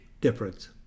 difference